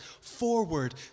forward